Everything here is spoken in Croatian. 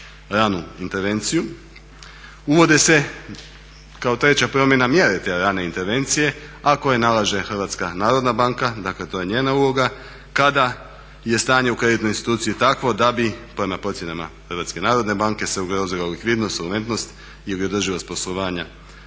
ranu intervenciju. Uvode se kao treća promjena mjere te rane intervencije, a koje nalaže HNB, dakle to je njena uloga kada je stanje u kreditnoj instituciji takvo da bi prema procjenama HNB-a se ugrozila likvidnost, solventnost ili održivost poslovanja